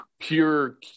pure